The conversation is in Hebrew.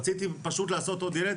רציתי פשוט לעשות עוד ילד,